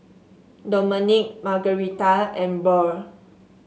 Domenic Margaretha and Burr